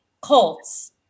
Colts